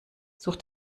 such